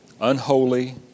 unholy